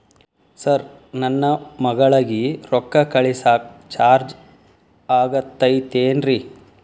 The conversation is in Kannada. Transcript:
ಸರ್ ನನ್ನ ಮಗಳಗಿ ರೊಕ್ಕ ಕಳಿಸಾಕ್ ಚಾರ್ಜ್ ಆಗತೈತೇನ್ರಿ?